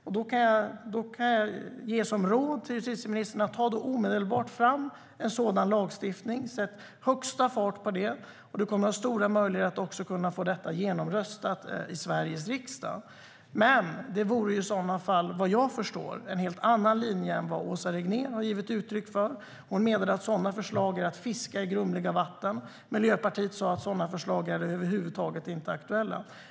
Eftersom vi här har en samsyn ger jag justitieministern rådet att omgående ta fram en sådan lagstiftning, för han kommer att ha stor möjlighet att få det genomröstat i Sveriges riksdag. Det vore dock en helt annan linje än vad Åsa Regnér har givit uttryck för. Hon menar att sådana förslag är att fiska i grumliga vatten. Miljöpartiet har sagt att sådana förslag inte är aktuella över huvud taget.